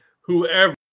whoever